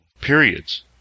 periods